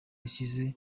ishize